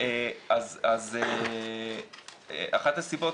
אחת הסיבות,